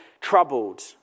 troubled